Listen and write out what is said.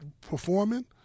performing